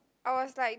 I was like